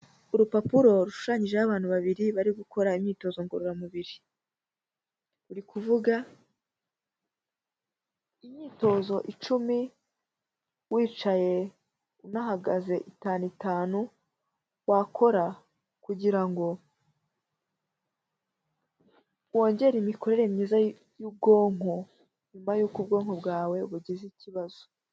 Uruparo rushushanyijeho abantu babiri bari gukora imyitozo ngororamubiri, uri kuvuga imyitozo icumi wicaye unahagaze, itanu itanu wakora kugirango wongere imikorere myiza y'ubwonko nyuma y'uko ubwonko bwawe bugize ikibazo.